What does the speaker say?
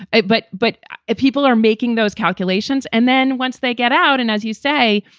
but but but if people are making those calculations and then once they get out and as you say,